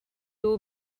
will